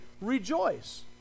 rejoice